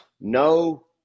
no